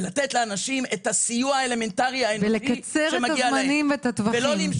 ולתת לאנשים את הסיוע האלמנטרי האנושי שמגיע להם.